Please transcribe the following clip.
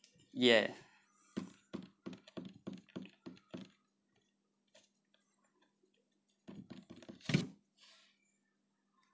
ya